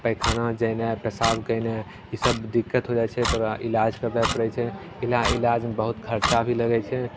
पैखाना जेनाइ पेसाब केनाइ ईसब दिक्कत हो जाइ छै तऽ ओकरा इलाज करबै पड़ै छै इला इलाजमे बहुत खरचा भी लागै छै